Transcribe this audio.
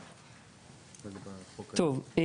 טוב.